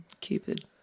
Cupid